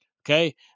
okay